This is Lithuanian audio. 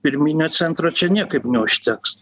pirminio centro čia niekaip neužteks